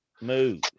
move